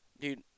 Dude